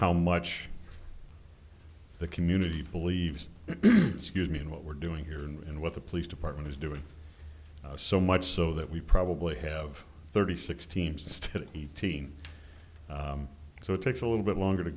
how much the community believes excuse me and what we're doing here and what the police department is doing so much so that we probably have thirty six teams to eighteen so it takes a little bit longer to